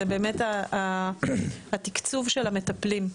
זה באמת התקצוב של המטפלים.